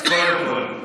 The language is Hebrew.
אז כל הכבוד,